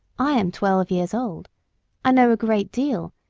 i am twelve years old i know a great deal,